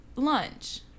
Lunch